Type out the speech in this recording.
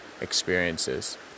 experiences